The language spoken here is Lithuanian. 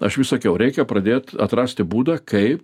aš vis sakiau reikia pradėt atrasti būdą kaip